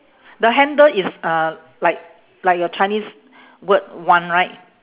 the handle is uh like like your chinese word one right